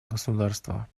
государство